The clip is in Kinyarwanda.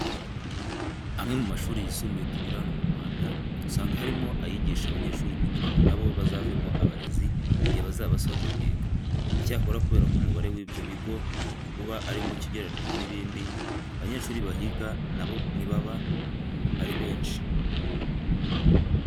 Amwe mu mashuri yisumbuye tugira hano mu Rwanda, usanga harimo ayigisha abanyeshuri kugira ngo na bo bazavemo abarezi igihe bazaba basoje kwiga. Icyakora kubera ko umubare w'ibyo bigo uba ari muke ugereranyije n'ibindi, abanyeshuri bahiga na bo ntibaba ari benshi.